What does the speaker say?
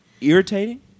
irritating